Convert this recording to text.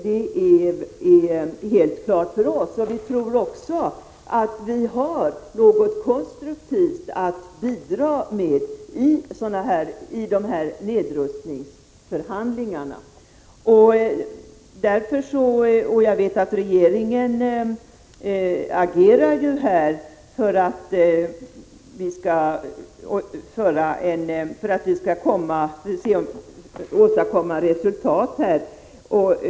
Detta står helt klart för oss. Vi tror också att vi har något konstruktivt att bidra med i de här nedrustningsförhandlingarna, och jag vet att regeringen agerar för att det skall åstadkommas resultat i detta avseende.